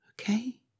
Okay